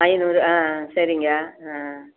ஐநூறு ஆ சரிங்க ஆ